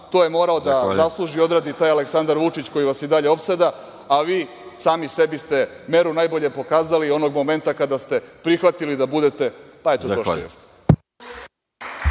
to je morao da zasluži i odradi taj Aleksandar Vučić koji vas i dalje opseda, a vi sami sebi ste meru najbolje pokazali onog momenta kada ste prihvatili da budete, pa eto, to